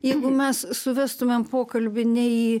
jeigu mes suvestumėm pokalbį ne į